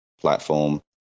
platform